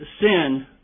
sin